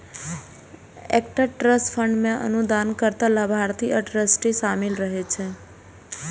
एकटा trust fund मे अनुदानकर्ता, लाभार्थी आ ट्रस्टी शामिल रहै छै